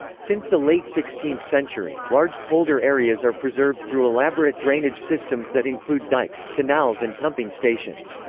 since the late sixteenth century, large polder areas are preserved through elaborate drainage systems that include dikes, canals and pumping stations.